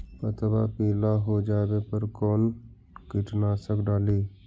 पतबा पिला हो जाबे पर कौन कीटनाशक डाली?